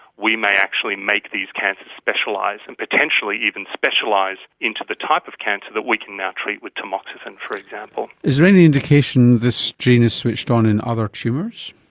we may actually make these cancers specialise and potentially even specialise into the type of cancer that we can now treat with tamoxifen, for example. is there any indication this gene is switched on in other tumours?